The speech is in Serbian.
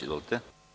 Izvolite.